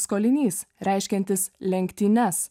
skolinys reiškiantis lenktynes